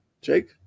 Jake